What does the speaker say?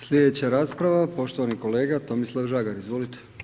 Slijedeća rasprava poštovani kolega Tomislav Žagar, izvolite.